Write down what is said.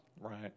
right